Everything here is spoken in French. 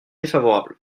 défavorable